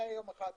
זה היה יום אחד.